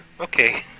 Okay